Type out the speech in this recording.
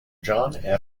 john